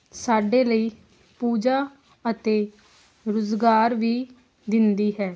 ਸਾਡੇ ਲਈ ਪੂਜਾ ਅਤੇ ਰੁਜ਼ਗਾਰ ਵੀ ਦਿੰਦੀ ਹੈ